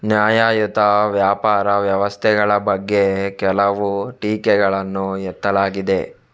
ನ್ಯಾಯಯುತ ವ್ಯಾಪಾರ ವ್ಯವಸ್ಥೆಗಳ ಬಗ್ಗೆ ಕೆಲವು ಟೀಕೆಗಳನ್ನು ಎತ್ತಲಾಗಿದೆ